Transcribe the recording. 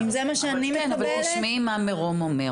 כן, אבל תשמעי מה מירום אומר.